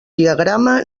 diagrama